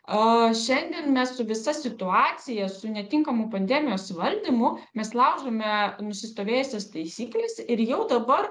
a šiandien mes su visa situacija su netinkamu pandemijos valdymu mes laužome nusistovėjusias taisykles ir jau dabar